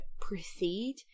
proceed